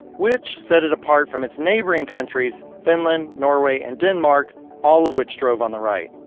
which, set it apart from its neighboring countries finland, norway and denmark all of which drove on the right.